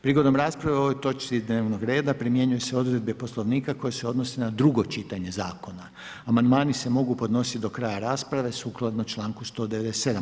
Prigodom rasprave o ovoj točci dnevnog reda primjenjuju se odredbe Poslovnika koje se odnose na drugo čitanje zakona, amandmani se mogu podnositi do kraja rasprave sukladno članku 197.